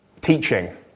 teaching